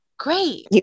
great